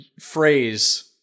phrase